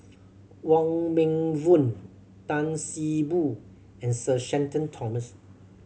Wong Meng Voon Tan See Boo and Sir Shenton Thomas